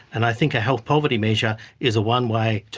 and i think a health poverty measure is one way,